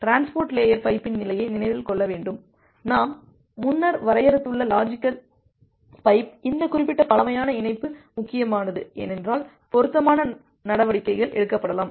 transport layer பைப்பின் நிலையை நினைவில் கொள்ள வேண்டும் நாம் முன்னர் வரையறுத்துள்ள லாஜிக்கல் பைப் இந்த குறிப்பிட்ட பழமையான இணைப்பு முக்கியமானது ஏனென்றால் பொருத்தமான நடவடிக்கைகள் எடுக்கப்படலாம்